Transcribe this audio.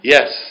Yes